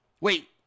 Wait